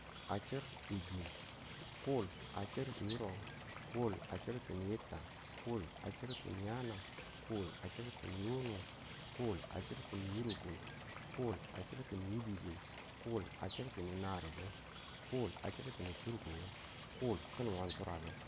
A chir ng din, kul a chir ng yurub, kul a chir ng ti yitta. kul a chir ng ti yana, kul a chir ng ng ti yunu, kul a chir ng ti yurukun, kul a chir ng ti yidibin. kul a chir ng ti naribu. kul a chir turkubu, kul kunan turaghe.